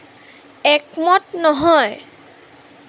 একমত নহয়